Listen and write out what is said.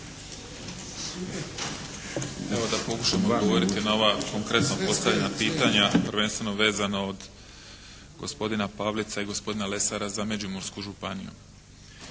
Evo, da pokušam odgovoriti na ova konkretno postavljena pitanja prvenstveno vezana od gospodina Pavlica i gospodina Lesara za Međimursku županiju.